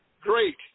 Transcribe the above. Great